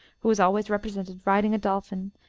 who is always represented riding a dolphin,